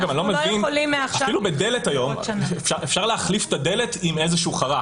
אפילו אפשר להחליף את הדלת עם איזה חרך.